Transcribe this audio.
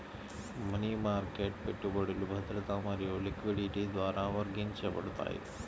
money market పెట్టుబడులు భద్రత మరియు లిక్విడిటీ ద్వారా వర్గీకరించబడతాయి